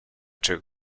two